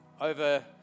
over